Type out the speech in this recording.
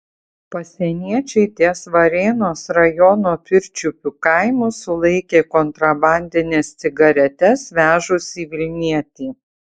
pasieniečiai ties varėnos rajono pirčiupių kaimu sulaikė kontrabandines cigaretes vežusį vilnietį